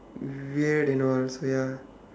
weird and all so ya